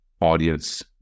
audience